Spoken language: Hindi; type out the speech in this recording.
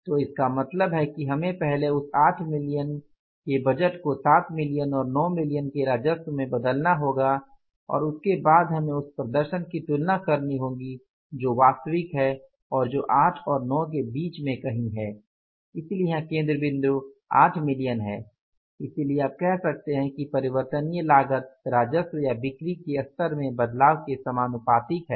तो इसका मतलब है कि हमें पहले उस 8 मिलियन के बजट को 7 मिलियन और 9 मिलियन के राजस्व में बदलना होगा और उसके बाद हमें उस प्रदर्शन की तुलना करनी होगी जो वास्तविक है और जो 8 और 9 के कहीं बीच में है इसलिए यहां केंद्र बिंदु 8 मिलियन है इसलिए आप कह सकते हैं कि परिवर्तनीय लागत राजस्व या बिक्री के स्तर में बदलाव के समानुपातिक हैं